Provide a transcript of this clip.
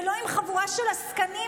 ולא עם חבורה של עסקנים,